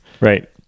Right